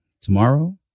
Tomorrow